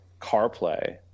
CarPlay